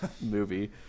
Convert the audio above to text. movie